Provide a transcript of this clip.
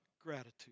gratitude